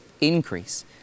increase